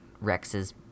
Rex's